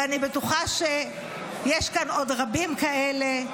ואני בטוחה שיש כאן עוד רבים כאלה.